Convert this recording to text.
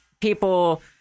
people